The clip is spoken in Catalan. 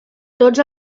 tots